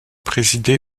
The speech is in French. présidé